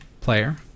player